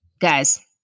guys